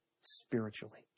spiritually